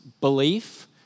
belief